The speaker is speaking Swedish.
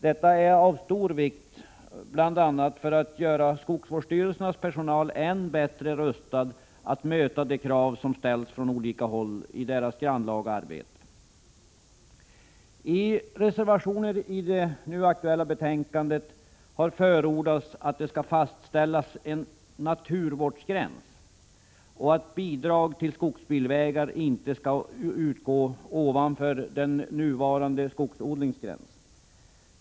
Detta är av stor vikt, bl.a. för att göra skogsvårdsstyrelsernas personal än bättre rustad att möta de krav som ställs från olika håll på deras grannlaga arbete. I reservationer i det nu aktuella betänkandet har förordats att det skall fastställas en naturvårdsgräns och att bidrag till skogsbilvägar inte skall utgå när det gäller skog ovanför den nuvarande skogsodlingsgränsen.